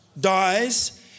Dies